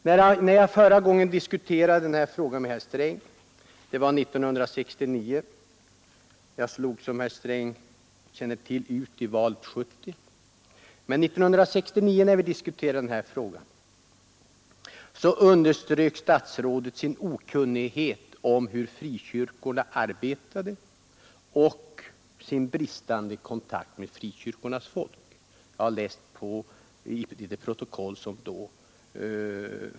När jag förra gången diskuterade den här frågan med herr Sträng — det var år 1969 underströk statsrådet sin okunnighet om hur frikyrkorna arbetar och sin bristande kontakt med frikyrkornas folk.